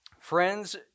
Friends